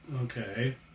Okay